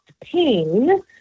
pain